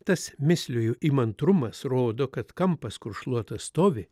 tas misliju įmantrumas rodo kad kampas kur šluota stovi